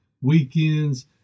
weekends